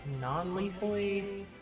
non-lethally